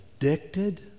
addicted